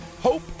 Hope